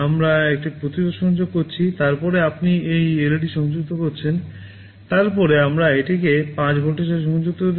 আমরা একটি প্রতিরোধ সংযোগ করছি তারপরে আপনি একটি LED সংযুক্ত করছেন তারপরে আমরা এটিকে 5 ভোল্টের সাথে সংযুক্ত করছি